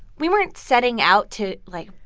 we weren't setting out to, like,